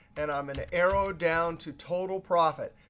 and i'm going to arrow down to total profit.